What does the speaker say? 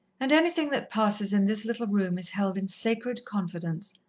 and anything that passes in this little room is held in sacred confidence.